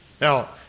Now